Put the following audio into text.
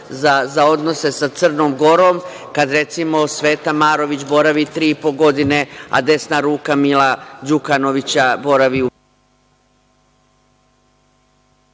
za odnose sa Crnom Gorom, kada, recimo Sveta Marović boravi tri po godine, a desna ruka Mila Đukanovića, boravi u